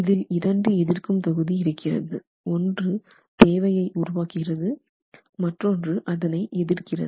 இதில் இரண்டு எதிர்க்கும் தொகுதி இருக்கிறது ஒன்று தேவையை உருவாக்குகிறது மற்றொன்று அதனை எதிர்க்கிறது